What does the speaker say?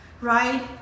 right